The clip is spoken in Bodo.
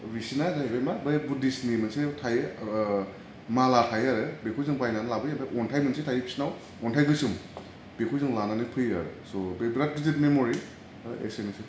बिसिना जाहैबाय मा बै बुद्धिसनि मोनसे थायो ओह माला थायो आरो बेखौ जों बायनानै लाबोयो ओमफाय अन्थाइ मोनसे थायो बिसिनाव अन्थाइ गोसोम बेखौ जों लानानै फैयो आरो सह बे बिराथ गिदिर मेमरि दा एसेनोसै